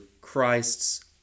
Christ's